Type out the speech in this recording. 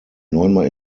neunmal